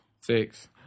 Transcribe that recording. Six